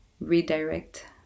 redirect